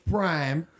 Prime